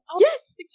Yes